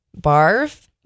barf